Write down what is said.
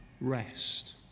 rest